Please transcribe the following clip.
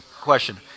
question